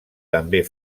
també